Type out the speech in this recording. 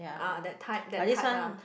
ah that type that type lah